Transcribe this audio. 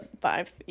Five